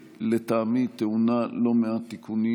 ולטעמי טעונה לא מעט תיקונים